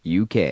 UK